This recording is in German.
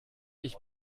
ich